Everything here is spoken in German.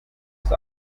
ist